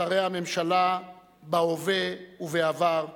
שרי הממשלה בהווה ובעבר,